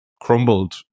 crumbled